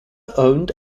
owned